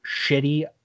shitty